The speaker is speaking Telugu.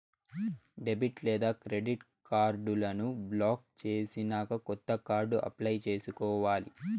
డెబిట్ లేదా క్రెడిట్ కార్డులను బ్లాక్ చేసినాక కొత్త కార్డు అప్లై చేసుకోవాలి